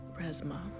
Resma